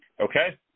okay